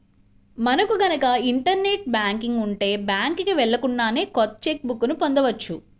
మనకు గనక internet banking ఉంటే బ్యాంకుకి వెళ్ళకుండానే కొత్త చెక్ బుక్ ని పొందవచ్చు